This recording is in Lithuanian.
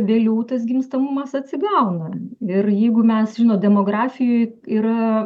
vėliau tas gimstamumas atsigauna ir jeigu mes žinot demografijoj yra